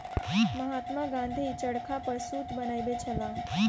महात्मा गाँधी चरखा पर सूत बनबै छलाह